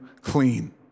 clean